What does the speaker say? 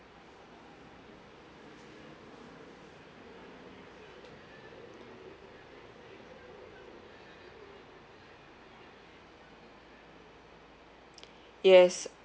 yes